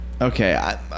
okay